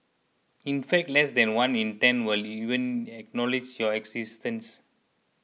in fact less than one in ten will even acknowledge your existence